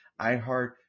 iHeart